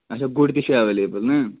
اچھا بوٚڑ تہِ چھُ ایٚولیبٕل نہ